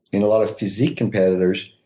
in a lot of physique competitors,